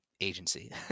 agency